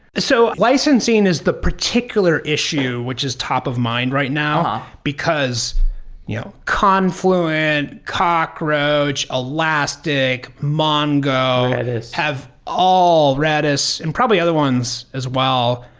so licensing is the particular issue, which is top of mind right now, because you know confluent, cockroach, elastic, mongo have all redis and probably other ones as well,